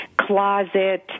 closet